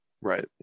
right